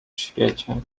świecie